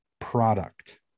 product